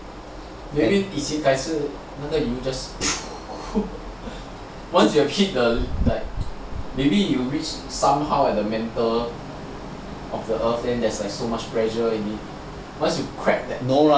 该次那个油 just once you have hit the maybe you reach somehow at the mantle of the earth then there's like so much pressure once you crack then will